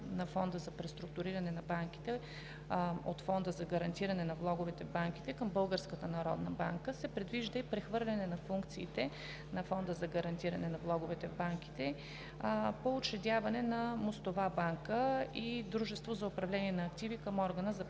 на Фонда за преструктуриране на банките от Фонда за гарантиране на влоговете в банките към Българската народна банка, се предвижда и прехвърляне на функциите на Фонда за гарантиране на влоговете в банките по учредяване на мостова банка и Дружество за управление на активи към органа за преструктуриране.